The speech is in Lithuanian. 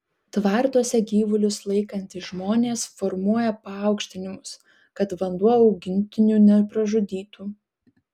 tvartuose gyvulius laikantys žmonės formuoja paaukštinimus kad vanduo augintinių nepražudytų